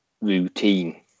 routine